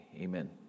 amen